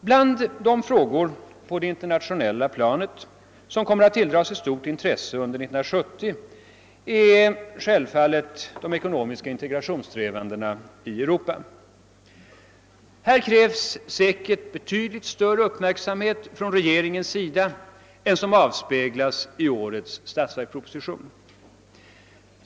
Bland de frågor på det internationella planet som kommer att tilldra sig stort intresse under 1970 är självfallet de ekonomiska integrationssträvandena i Europa. Här krävs säkert betydligt större uppmärksamhet från regeringens sida än som avspeglas i årets statsverksproposition.